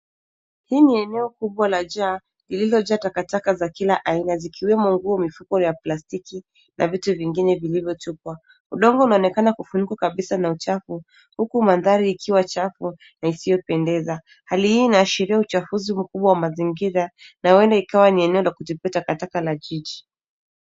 Hii ni eneo kubwa la jaa lililojaa takataka za kila aina , zikiwemo, nguo, mifuko plastiki na vitu vingine vilivyotupwa. Udongo unaonekana kufunikwa kabisa na uchafu huku maandhari ikiwa chafu na isiyopendeza. Hali hii inaashiria uchafuzi mkubwa wa mazingira na huenda ikawa ni eneo la kutupia takataka la jiji.